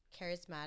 charismatic